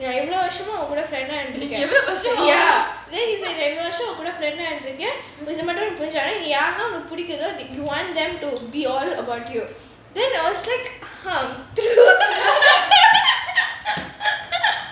ya எவ்ளோ வருஷமா உன் கூட:evlo varusham un kooda ya then he's like you want them to be all about you then I was like hmm true